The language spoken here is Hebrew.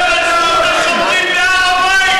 ראינו מה היה בהלוויות של הרוצחים שרצחו את השוטרים בהר הבית,